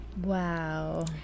wow